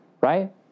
right